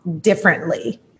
differently